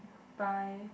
bye